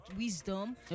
wisdom